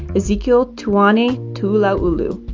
ezekiel touwani toulah ulu.